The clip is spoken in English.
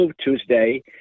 Tuesday